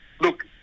Look